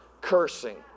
cursing